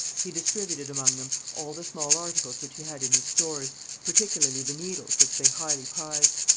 he distributed among them all the small articles which he had in his stores, particularly the needles, which they highly prized.